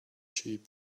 cheap